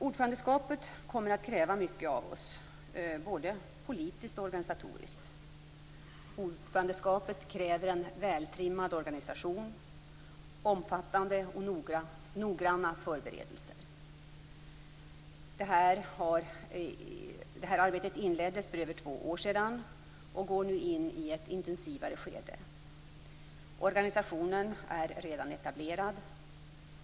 Ordförandeskapet kommer att kräva mycket av oss, både politiskt och organisatoriskt. Ordförandeskapet kräver en vältrimmad organisation och omfattande och noggranna förberedelser. Detta arbete inleddes för över två år sedan och går nu in i ett intensivare skede. Organisationen är redan etablerad.